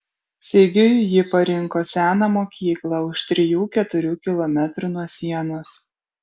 sigiui ji parinko seną mokyklą už trijų keturių kilometrų nuo sienos